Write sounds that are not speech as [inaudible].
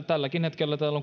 [unintelligible] tälläkin hetkellä täällä [unintelligible]